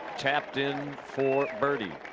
tapped in for birdie